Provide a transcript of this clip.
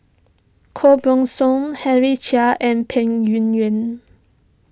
Koh Buck Song Henry Chia and Peng Yuyun